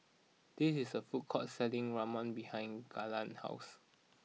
this is a food court selling Ramen behind Garland's house